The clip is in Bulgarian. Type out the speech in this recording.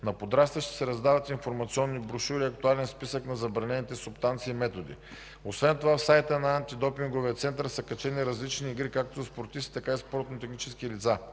На подрастващите се раздават информационни брошури, актуален списък на забранените субстанции и методи. Освен това в сайта на Антидопинговия център са качени различни игри както от спортисти, така и спортно-технически лица.